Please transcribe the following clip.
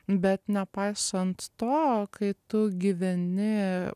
bet nepaisant to kai tu gyveni